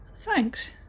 Thanks